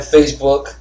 Facebook